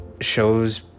shows